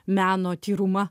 meno tyrumą